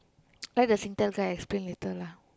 let the Singtel there explain later lah